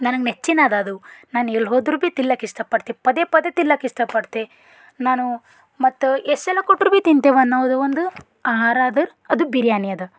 ನನಗೆ ನೆಚ್ಚಿನದದು ನಾನು ಎಲ್ಲಿ ಹೋದರೂ ಭಿ ತಿನ್ಲಕ್ಕ ಇಷ್ಟಪಡ್ತೆ ಪದೇ ಪದೇ ತಿನ್ಲಕ್ಕ ಇಷ್ಟಪಡ್ತೆ ನಾನು ಮತ್ತು ಎಷ್ಟು ಸಲ ಕೊಟ್ರೂ ಭಿ ತಿಂತೇವೆ ಅನ್ನೋದು ಒಂದು ಆಹಾರಾದ್ರೆ ಅದು ಬಿರ್ಯಾನಿಯದ